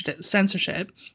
censorship